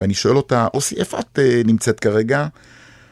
ואני שואל אותה, אוסי, איפה את נמצאת כרגע?